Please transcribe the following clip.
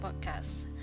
podcast